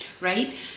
right